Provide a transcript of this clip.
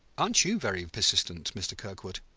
aren't you very persistent, mr. kirkwood?